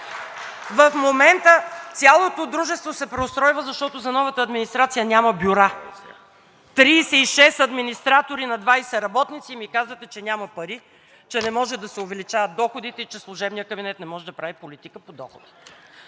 В момента цялото дружество се преустройва, защото за новата администрация няма бюра. За 36 администратори на 20 работници ми казвате, че няма пари, че не може да се увеличават доходите, че служебният кабинет не може да прави политика по доходите…